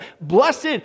blessed